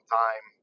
time